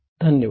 धन्यवाद